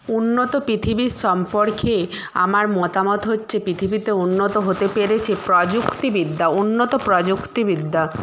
উন্নত পৃথিবীর সম্পর্কে আমার মতামত হচ্ছে পৃথিবী তো উন্নত হতে পেরেছে প্রযুক্তিবিদ্যা উন্নত প্রযুক্তিবিদ্যা